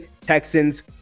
texans